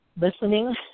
listening